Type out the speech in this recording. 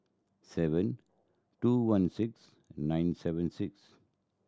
seven two one six nine seven six